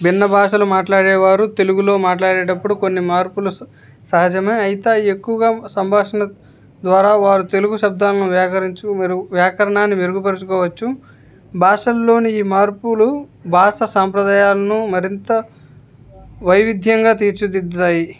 భిన్న భాషలు మాట్లాడేవారు తెలుగులో మాట్లాడేటప్పుడు కొన్ని మార్పులు సహజమే అయితే అయ్యెక్కువగా సంభాషణ ద్వారా వారు తెలుగు శబ్దాలను వ్యాకరించు మెరుగు వ్యాకరణాన్ని మెరుగుపరుచుకోవచ్చు భాషల్లోని ఈ మార్పులు భాష సంప్రదాయాలను మరింత వైవిధ్యంగా తీర్చిదిద్దుతాయి